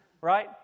Right